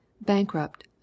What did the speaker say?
bankrupt